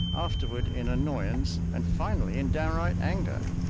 afterward in annoyance, and finally in downright anger.